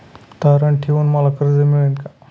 तारण ठेवून मला कर्ज मिळेल का?